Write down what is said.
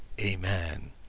Amen